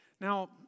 Now